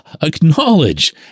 acknowledge